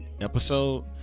episode